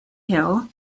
hill